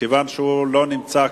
מכיוון שהוא לא נמצא,